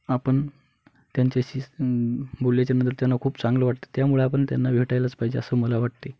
आपण त्यांच्याशीज बोलल्यानंतर त्यांना खूप चांगलं वाटतं त्यामुळे आपण त्यांना भेटायलाच पाहिजे असं मला वाटते